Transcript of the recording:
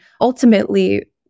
ultimately